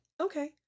Okay